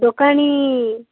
ଦୋକାନୀ